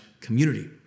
community